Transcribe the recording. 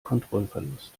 kontrollverlust